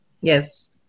Yes